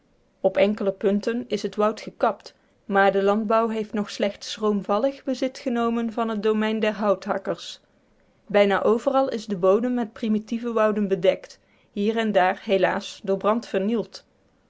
op enkele punten is het woud gekapt maar de landbouw heeft nog slechts schroomvallig bezit genomen van het domein der houthakkers bijna overal is de bodem met primitieve wouden bedekt hier en daar helaas door brand vernield